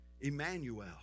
Emmanuel